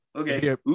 okay